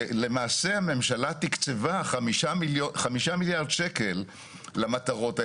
ולמעשה הממשלה תקצבה 5 מיליארד שקלים למטרות האלה.